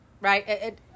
Right